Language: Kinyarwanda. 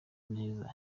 neza